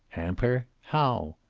hamper? how?